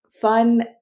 fun